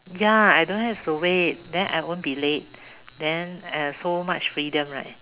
ya I don't have to wait then I won't be late then uh so much freedom right